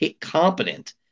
competent